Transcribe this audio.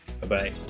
Bye-bye